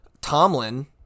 Tomlin